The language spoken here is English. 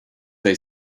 they